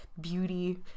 beauty